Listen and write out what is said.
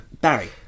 Barry